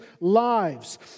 lives